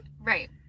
Right